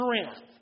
strength